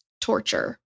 torture